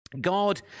God